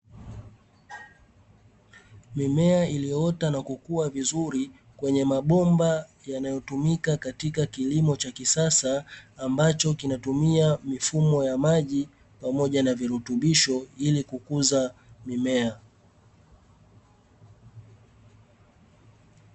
Mimea iliyoota na kukua vizuri kwenye mabomba yanayotumika katika kilimo cha kisasa, ambacho kinatumia mifumo ya maji pamoja na virutubisho ili kukuza mimea.